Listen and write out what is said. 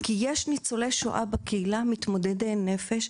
כי יש בקהילה ניצולי שואה מתמודדי נפש,